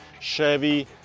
Chevy